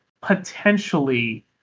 potentially